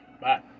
Bye